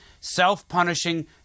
self-punishing